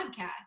podcast